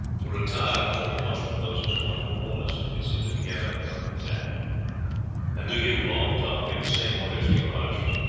to retire until the watchman blows his horn to warn us if they seem to be gathering for an attack and do you, long tom, give the same orders to your archers.